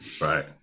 Right